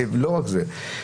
לא רק זה,